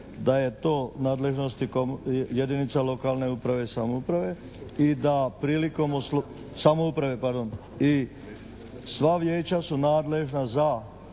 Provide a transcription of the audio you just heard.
nadležnosti jedinica lokalne uprave i samouprave i da prilikom. Samouprave, pardon. I sva vijeća su nadležna za